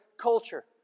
culture